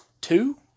two